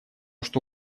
что